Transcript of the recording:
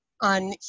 on